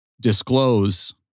disclose